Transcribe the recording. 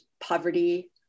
poverty